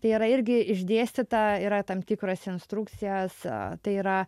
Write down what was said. tai yra irgi išdėstyta yra tam tikros instrukcijos tai yra